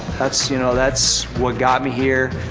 that's, you know, that's what got me here.